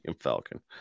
Falcon